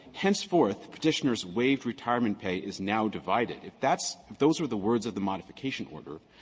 henceforth, petitioner's waived retirement pay is now divided, if that's those were the words of the modification order,